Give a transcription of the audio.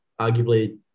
arguably